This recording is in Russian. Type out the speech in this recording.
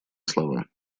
слова